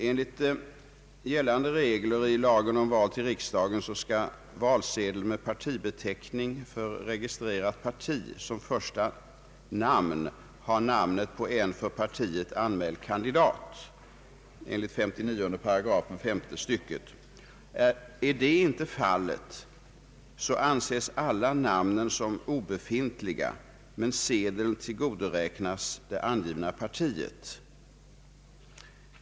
Enligt gällande regler i lagen om val till riksdagen skall valsedel med partibeteckning för registrerat parti som första namn ha namnet på en för partiet anmäld kandidat, 59 § femte stycket. är så inte fallet, anses alla namnen som obefintliga, men sedeln tillgodoräknas det angivna partiet.